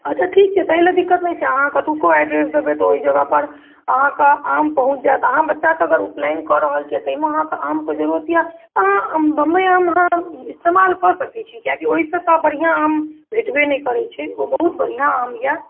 अच्छा ठीक छै ताहिलए दिक्कत नहि छै अहाँ कतहुको एड्रेस देबै तऽ ओहि जगहपर अहाँके आम पहुँच जाएत अहाँ बच्चाके अगर उपनैन कऽ रहल छी ताहिमे अहाँके आमके जरूरत अइ तऽ अहाँ बम्बइ आम अहाँ इस्तेमाल कऽ सकै छी कियाकि ओहिसँ तऽ बढ़िआँ आम भेटबे नहि करै छै ओ बहुत बढ़िआँ आम अइ